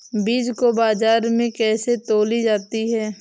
बीज को बाजार में कैसे तौली जाती है?